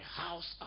house